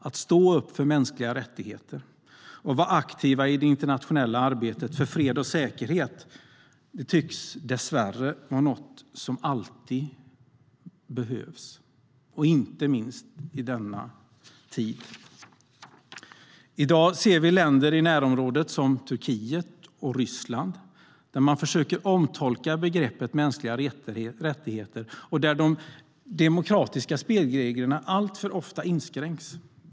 Att stå upp för mänskliga rättigheter och vara aktiv i det internationella arbetet för fred och säkerhet tycks dessvärre vara något som alltid behövs, inte minst i denna tid. I dag ser vi hur länder i närområdet, som Turkiet och Ryssland, försöker omtolka begreppet mänskliga rättigheter och hur de demokratiska spelreglerna alltför ofta inskränks.